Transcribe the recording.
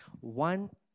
One